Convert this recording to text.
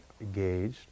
engaged